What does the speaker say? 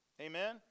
Amen